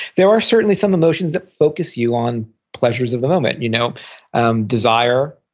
there are certainly some emotions that focus you on pleasures of the moment, you know um desire,